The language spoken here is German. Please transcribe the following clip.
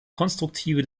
konstruktive